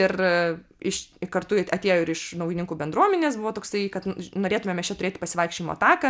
ir iš kartu atėjo ir iš naujininkų bendruomenės buvo toksai kad norėtumėm mes čia turėti pasivaikščiojimo taką